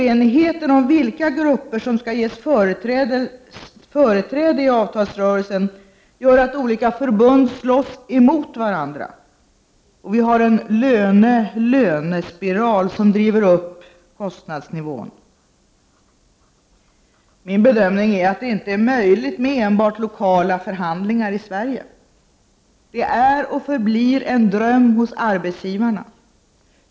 Oenigheten om vilka grupper som skall ges företräde i avtalsrörelsen gör att olika förbund slåss mot varandra och att vi har en löne-löne-spiral som driver upp kostnadsnivån. Min bedömning är att det inte är möjligt med enbart lokala förhandlingar i Sverige. Det är och förblir en dröm hos arbetsgivarna.